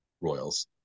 Royals